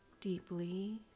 Deeply